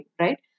Right